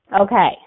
Okay